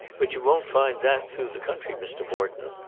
but you won't find that through the country, mr. morton.